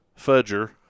Fudger